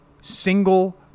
single